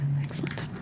Excellent